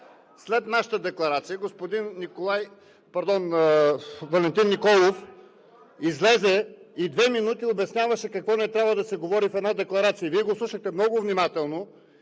след нашата декларация господин Валентин Николов излезе и две минути обясняваше какво не трябва да се говори в една декларация. Вие го слушахте много внимателно.